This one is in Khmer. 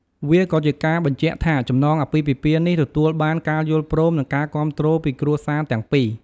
វាក៏ជាការបញ្ជាក់ថាចំណងអាពាហ៍ពិពាហ៍នេះទទួលបានការយល់ព្រម និងការគាំទ្រពីគ្រួសារទាំងពីរ។